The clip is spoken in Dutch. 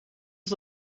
het